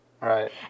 Right